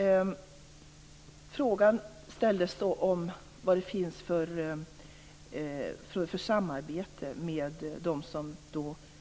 En fråga ställdes om vad det finns för samarbete med dem som